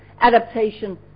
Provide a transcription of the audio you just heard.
adaptation